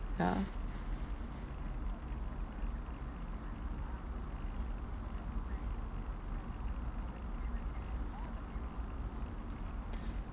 yeah